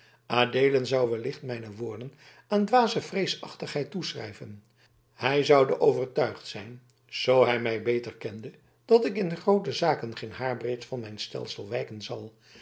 adeelen zou wellicht mijn woorden aan dwaze vreesachtigheid toeschrijven hij zoude overtuigd zijn zoo hij mij beter kende dat ik in groote zaken geen haarbreed van mijn stelsel wijken zal